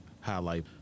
highlight